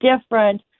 different